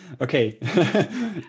Okay